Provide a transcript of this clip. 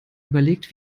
überlegt